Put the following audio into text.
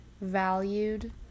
valued